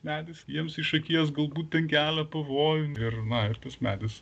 medis jiems iš akies galbūt ten kelia pavojų ir na ir tas medis